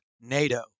NATO